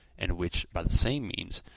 and which, by the same means,